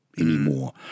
anymore